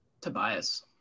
Tobias